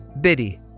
Biddy